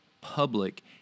public